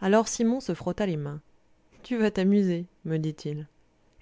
alors simon se frotta les mains tu vas t'amuser me dit-il